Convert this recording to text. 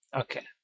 Okay